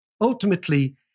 ultimately